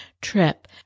trip